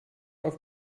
auf